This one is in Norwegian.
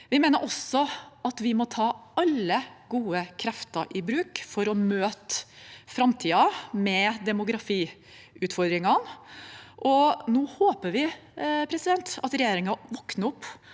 Vi mener også at vi må ta alle gode krefter i bruk for å møte framtidens demografiutfordringer. Nå håper vi at regjeringen våkner opp